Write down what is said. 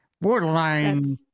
borderline